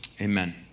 Amen